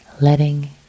letting